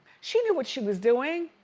she knew what she was doing.